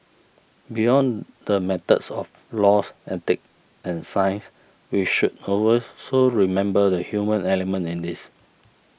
beyond the matters of laws ethics and science we should over also remember the human element in this